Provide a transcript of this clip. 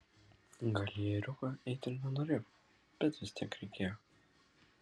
gal į ėriuką eiti ir nenorėjau bet vis tiek reikėjo